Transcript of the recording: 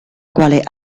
quale